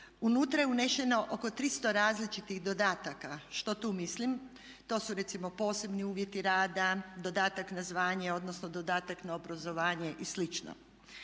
Unutra je uneseno oko 300 različitih dodataka. Što tu mislim? To su recimo posebni uvjeti rada, dodatak na zvanje odnosno dodatak na obrazovanje i